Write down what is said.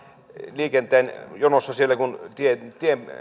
liikenteen jonossa kun tietä